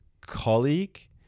colleague